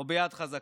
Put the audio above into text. או ביד חזקה?